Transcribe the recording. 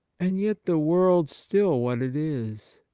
and yet the world still what it is,